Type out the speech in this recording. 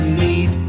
need